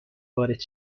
وارد